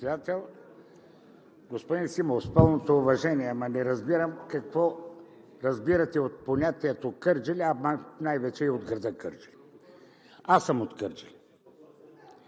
Господин Симов, с пълното уважение, ама не разбирам какво разбирате от понятието „Кърджали“ и най-вече от града Кърджали? Аз съм от Кърджали.